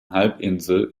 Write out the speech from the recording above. halbinsel